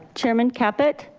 chairman caput?